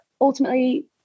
ultimately